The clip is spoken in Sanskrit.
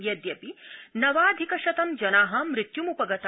यद्यपि नवाधिकशतं जना मृत्युम्पगता